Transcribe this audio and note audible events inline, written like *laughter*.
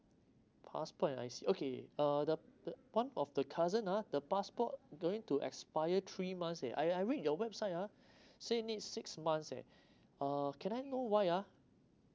passport and I_C okay uh the the one of the cousin ah the passport going to expire three months eh I I read your website ah *breath* say needs six months eh *breath* can I know why ah